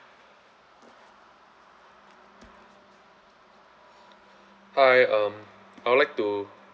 hi um I would like to